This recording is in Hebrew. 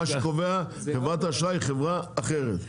מה שקובע הוא שחברת אשראי היא חברה אחרת.